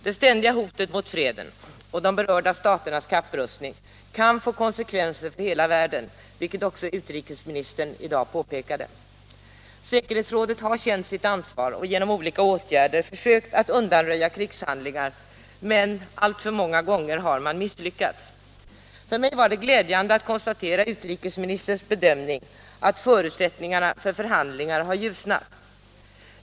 Det ständiga hotet mot freden och de berörda staternas kapprustning kan få konsekvenser för hela världen, vilket också utrikesministern i dag påpekade. Säkerhetsrådet har känt sitt ansvar och genom olika åtgärder försökt att undanröja krigshandlingar, men alltför många gånger har man misslyckats. För mig var det glädjande att konstatera utrikesministerns bedömning att förutsättningarna för förhandlingar har ljusnat.